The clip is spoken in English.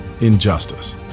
injustice